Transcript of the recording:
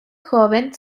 joven